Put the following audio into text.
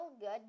good